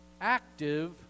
active